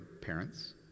parents